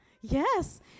Yes